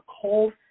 cold